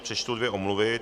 Přečtu dvě omluvy.